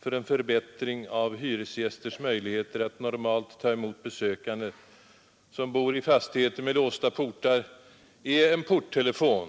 för en förbättring av de hyresgästers möjligheter att normalt ta emot besökare, som bor i fastigheter med ständigt låsta portar, är att installera porttelefon.